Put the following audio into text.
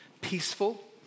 peaceful